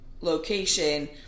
location